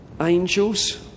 Angels